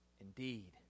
indeed